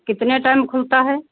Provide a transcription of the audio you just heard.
कितने टाइम खुलता है